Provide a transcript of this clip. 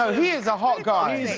he is a hot guy.